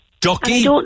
Ducky